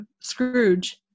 Scrooge